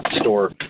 store